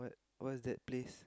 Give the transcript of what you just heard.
what's that place